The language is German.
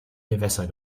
gewässer